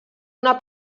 una